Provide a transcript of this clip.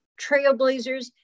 trailblazers